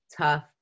tough